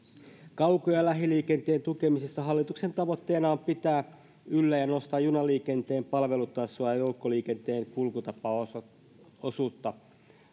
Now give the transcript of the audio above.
kauko ja lähiliikenteen tukemisessa hallituksen tavoitteena on pitää yllä ja nostaa junaliikenteen palvelutasoa ja joukkoliikenteen kulkutapaosuutta